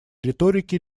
риторики